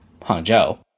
Hangzhou